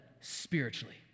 spiritually